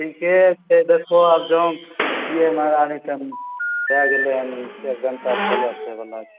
ठीके छै देखहो अब जाम की रे मारा रहितन भए गेलै हन एक घंटा से बेसी होइ बला छै